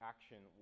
Action